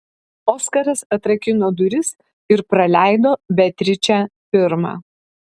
oskaras atrakino duris ir praleido beatričę pirmą